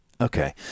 Okay